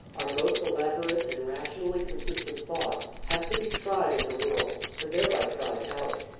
our most elaborate and rationally consistent thought has to be tried in the world and thereby tried out.